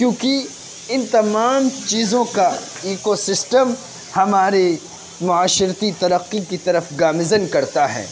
کیوںکہ ان تمام چیزوں کا ایکو سسٹم ہمارے معاشرتی ترقی کی طرف گامزن کرتا ہے